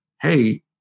hey